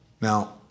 Now